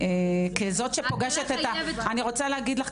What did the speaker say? אני רוצה להגיד לך,